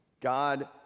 God